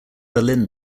berlin